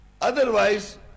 Otherwise